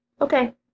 Okay